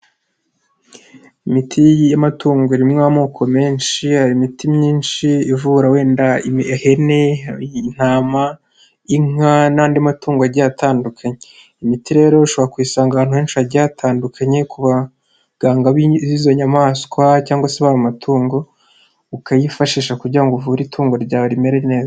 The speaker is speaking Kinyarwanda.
Imiti y'amatungo irimo amoko menshi, hari imiti myinshi ivura wenda ihene ,yi'intama, inka n'andi matungo agiye atandukanye, iyi miti rero ushobora kuyisanga ahantu henshi hagiye hatandukanye ku baganga b'izo nyamaswa cyangwa se b'ayo matungo ukayifashisha kugira ngo uvure itungo ryawe rimere neza.